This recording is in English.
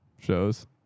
shows